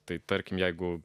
tai tarkim jeigu